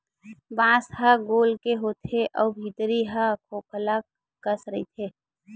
बांस ह गोल के होथे अउ भीतरी ह खोखला कस रहिथे